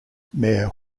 mayor